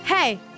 Hey